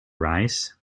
rice